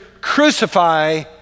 crucify